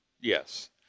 Yes